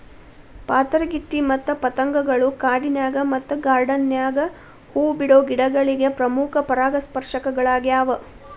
ಪಾತರಗಿತ್ತಿ ಮತ್ತ ಪತಂಗಗಳು ಕಾಡಿನ್ಯಾಗ ಮತ್ತ ಗಾರ್ಡಾನ್ ನ್ಯಾಗ ಹೂ ಬಿಡೋ ಗಿಡಗಳಿಗೆ ಪ್ರಮುಖ ಪರಾಗಸ್ಪರ್ಶಕಗಳ್ಯಾವ